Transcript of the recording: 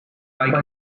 like